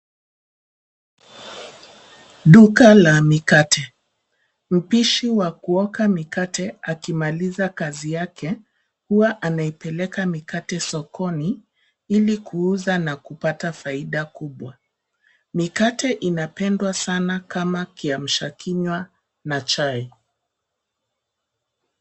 Duka la mikate. Mpishi wa kuoka mikate akimaliza kazi yake, huwa anaipeleka mikate sokoni ili kuuza na kupata faida kubwa. Mikate inapendwa sana kama kiamsha kinywa na chai.